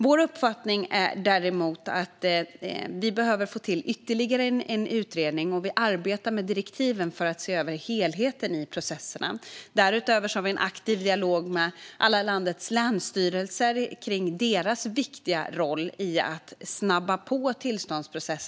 Vår uppfattning är däremot att det behövs ytterligare en utredning för att se över helheten i processerna, och vi arbetar med direktiven till den. Därutöver har vi en aktiv dialog med landets alla länsstyrelser om deras viktiga roll för att snabba på tillståndsprocessen.